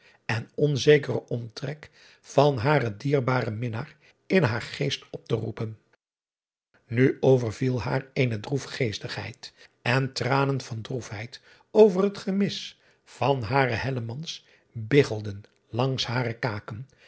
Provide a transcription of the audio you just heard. en onzekeren omtrek van haren dierbaren minnaar in haar geest op te driaan oosjes zn et leven van illegonda uisman roepen u overviel haar eene droefgeestigheid en tranen van droefheid over het gemis van haren biggelden langs hare kaken